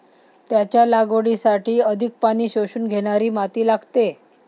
त्याच्या लागवडीसाठी अधिक पाणी शोषून घेणारी माती लागते